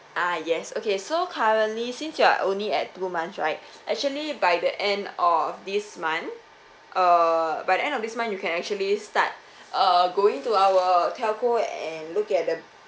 ah yes okay so currently since you are only at two months right actually by the end of this month uh by the end of this month you can actually start uh going to our telco and look at the